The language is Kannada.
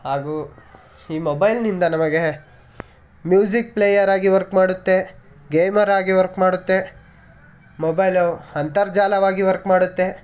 ಹಾಗೂ ಈ ಮೊಬೈಲ್ನಿಂದ ನಮಗೆ ಮ್ಯೂಸಿಕ್ ಪ್ಲೇಯರ್ ಆಗಿ ವರ್ಕ್ ಮಾಡುತ್ತೆ ಗೇಮರ್ ಆಗಿ ವರ್ಕ್ ಮಾಡುತ್ತೆ ಮೊಬೈಲು ಅಂತರ್ಜಾಲವಾಗಿ ವರ್ಕ್ ಮಾಡುತ್ತೆ